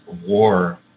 war